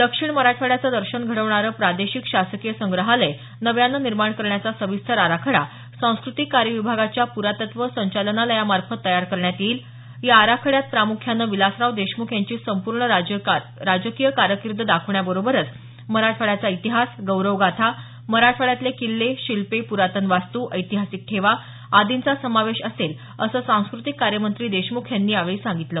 दक्षिण मराठवाड्याचं दर्शन घडवणारं प्रादेशिक शासकीय संग्रहालय नव्याने निर्माण करण्याचा सविस्तर आराखडा सांस्कृतिक कार्य विभागाच्या प्रातत्व संचालनालयामार्फत तयार करण्यात येईल या आराखड्यात प्राम्ख्याने विलासराव देशमुख यांची संपूर्ण राजकीय कारकीर्द दाखवण्याबरोबरच मराठवाड्याचा इतिहास गौरवगाथा माराठवड्यातले किल्ले शिल्पे पुरातन वास्तू ऐतिहासिक ठेवा आदींचा समावेश असेल असं सांस्कृतिक कार्यमंत्री देशमुख यांनी यावेळी सांगितलं